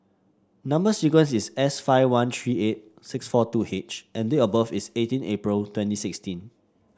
number sequence is S five one three eight six four two H and date of birth is eighteen April twenty sixteen